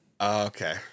Okay